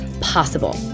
possible